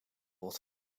wordt